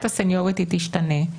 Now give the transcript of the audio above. אני לא חושב שהכנסת והממשלה יצאו מאיזון,